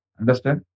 Understand